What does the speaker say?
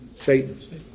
Satan